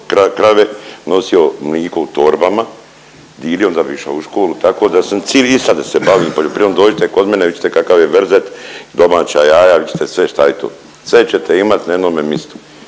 krave, nosio mliko u torbama, dilio, onda bi išao u školu, tako da sam cili i sada se bavim poljoprivredom, dođite kod mene vidit ćete kakav je verzet, domaća jaja, vidit ćete sve šta je tu, sve ćete imat na jednome mistu,